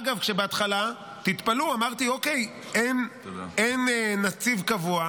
אגב, בהתחלה תתפלאו, אמרתי: אין נציב קבוע?